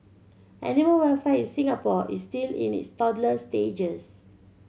animal welfare in Singapore is still in its toddler stages